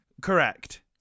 Correct